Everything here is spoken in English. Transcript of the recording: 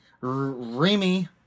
Remy